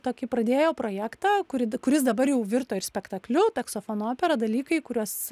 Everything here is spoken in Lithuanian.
tokį pradėjo projektą kuri kuris dabar jau virto ir spektakliu taksofono opera dalykai kuriuos